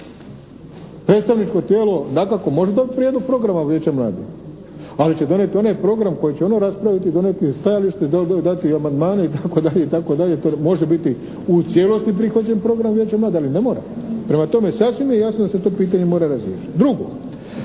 Predstavničko tijelo dakako može dobiti prijedlog programa vijeća mladih, ali će donijeti onaj program koji će ono raspraviti i donijeti stajalište, dati amandmane itd. To može biti u cijelosti prihvaćen program vijeća mladih ali i ne mora. Prema tome, sasvim je jasno da se to pitanje mora razriješiti.